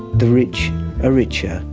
the rich are richer,